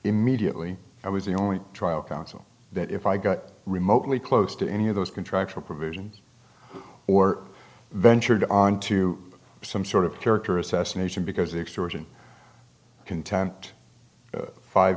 immediately i was the only trial counsel that if i got remotely close to any of those contractual provisions or ventured on to some sort of character assassination because extortion content five